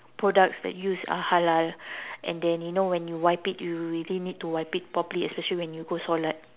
products that used are halal and then you know when you wipe it you really need to wipe it properly especially when you go solat